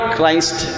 Christ